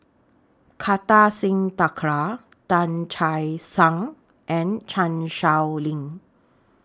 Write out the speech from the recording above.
Kartar Singh Thakral Tan Che Sang and Chan Sow Lin